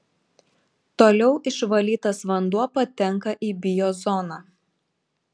toliau išvalytas vanduo patenka į biozoną